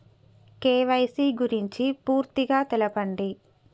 KYC గురించి పూర్తిగా తెలపండి?